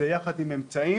בטעות או לא בטעות,